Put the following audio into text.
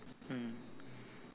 mm